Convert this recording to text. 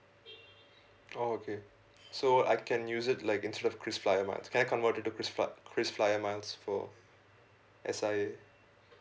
oh okay so I can use it like instead of krisflyer miles can I convert it to krisf~ krisflyer miles for S_I_A